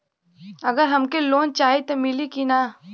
अगर हमके लोन चाही त मिली की ना?